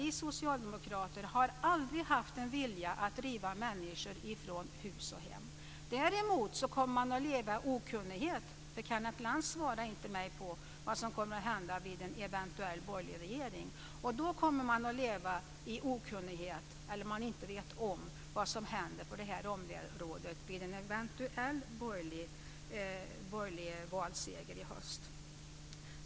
Vi socialdemokrater har aldrig haft en vilja att driva människor från hus och hem. Däremot kommer man att leva i okunnighet, för Kenneth Lantz svarade inte på vad som kommer att hända vid en eventuell borgerlig regering. Då kommer man att leva i okunnighet, för man vet inte vad som kommer att hända på det här området vid en eventuell borgerlig valseger i höst.